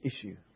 issue